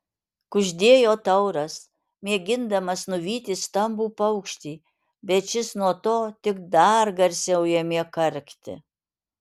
kuždėjo tauras mėgindamas nuvyti stambų paukštį bet šis nuo to tik dar garsiau ėmė karkti